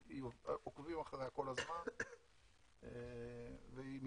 עוקבים אחריה כל הזמן והיא מתבצעת.